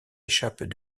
échappent